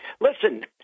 listen